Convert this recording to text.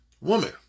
woman